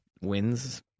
wins